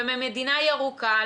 וממדינה ירוקה,